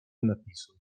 napisu